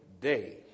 day